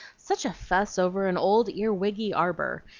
such a fuss over an old ear-wiggy arbor!